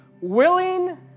willing